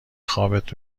خوابت